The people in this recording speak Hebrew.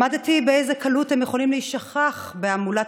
למדתי באיזה קלות הם יכולים להישכח בהמולת